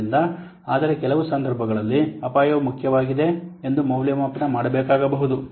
ಆದ್ದರಿಂದ ಆದರೆ ಕೆಲವು ಸಂದರ್ಭಗಳಲ್ಲಿ ಅಪಾಯವು ಮುಖ್ಯವಾಗಿದೆಯೇ ಎಂದು ಮೌಲ್ಯಮಾಪನ ಮಾಡಬೇಕಾಗಬಹುದು